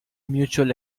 mutual